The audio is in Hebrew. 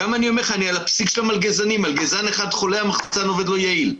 אם מלגזן אחד חולה, המחסן עובד בצורה לא יעילה.